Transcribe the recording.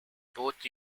both